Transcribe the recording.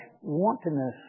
wantonness